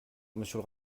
monsieur